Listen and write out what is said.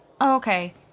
okay